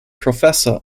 professor